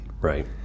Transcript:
Right